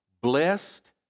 Blessed